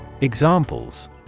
Examples